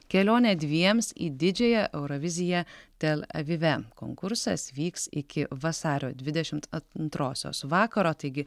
kelionę dviems į didžiąją euroviziją tel avive konkursas vyks iki vasario dvidešimt antrosios vakaro taigi